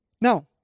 Now